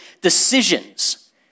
decisions